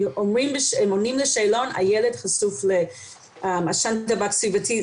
הם עונים בשאלון שהילד חשוף לעישון סביבתי.